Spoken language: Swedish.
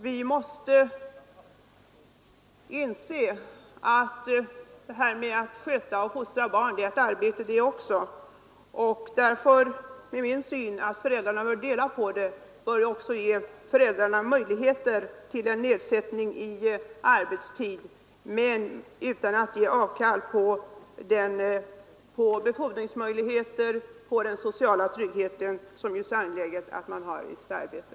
Vi måste inse att uppgiften att sköta och fostra barn är ett arbete. För att båda föräldrarna skall kunna bidra till denna uppgift bör vi också ge föräldrarna möjligheter till en nedsättning i arbetstiden, dock utan att dessa behöver ge avkall på befordringsmöjligheter och den sociala trygghet som det är så angeläget att man har i sitt arbete.